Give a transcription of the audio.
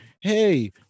hey